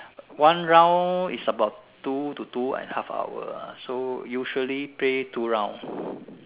one round is about two to two and a half hours so usually play two rounds